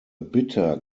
bitter